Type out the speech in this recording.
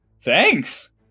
Thanks